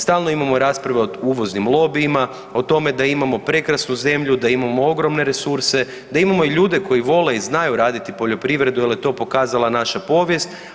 Stalno imamo rasprave o uvoznim lobijima, o tome da imamo prekrasnu zemlju, da imamo ogromne resurse, da imamo i ljude koji vole i znaju raditi poljoprivredu jer je to pokazala naša povijest.